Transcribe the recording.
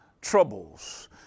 troubles